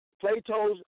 Plato's